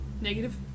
negative